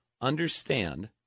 understand